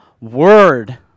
word